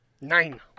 Nine